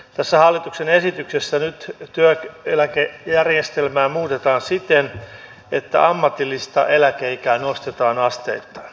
tässä hallituksen esityksessä nyt työeläkejärjestelmää muutetaan siten että ammatillista eläkeikää nostetaan asteittain